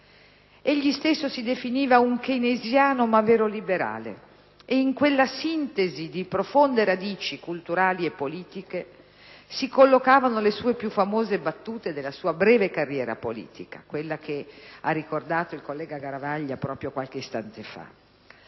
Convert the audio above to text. Egli stesso si definiva un keynesiano ma vero liberale, e in quella sintesi di profonde radici culturali e politiche si collocavano le sue più famose battute della sua breve carriera politica, che è stata ricordata dal collega Garavaglia qualche istante fa.